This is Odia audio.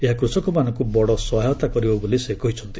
ଏହା କୃଷକମାନଙ୍କୁ ବଡ଼ ସହାୟତା କରିବ ବୋଲି ସେ କହିଛନ୍ତି